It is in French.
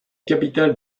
capitale